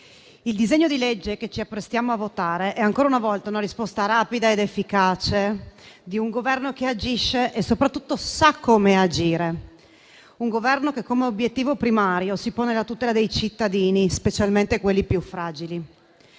il disegno di legge che ci apprestiamo a votare è ancora una volta una risposta rapida ed efficace di un Governo che agisce e soprattutto sa come agire; un Governo che come obiettivo primario si pone la tutela dei cittadini, specialmente quelli più fragili;